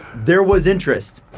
there was interest.